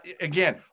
again